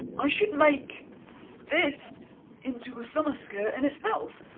i should make this into a summer skirt in itself.